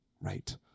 right